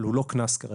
אבל הוא לא קנס כרגע,